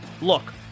Look